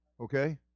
Okay